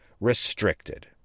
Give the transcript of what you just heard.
restricted